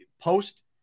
post